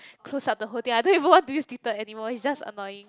close up the whole thing I don't even want to use Twitter anymore is just annoying